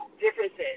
differences